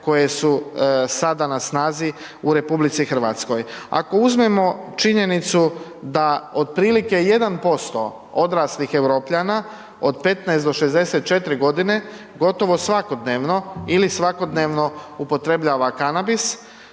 koje su sada na snazi u RH. Ako uzmemo činjenicu da otprilike 1% odraslih Europljana od 15 do 64.g. gotovo svakodnevno ili svakodnevno upotrebljava kanabis,